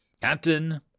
Captain